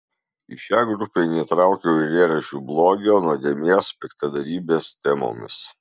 į šią grupę neįtraukiau eilėraščių blogio nuodėmės piktadarybės temomis